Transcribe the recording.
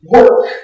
work